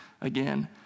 again